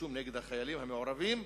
כתבי-אישום נגד החיילים המעורבים,